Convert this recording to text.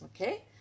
okay